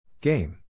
Game